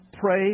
pray